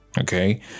Okay